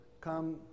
come